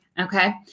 okay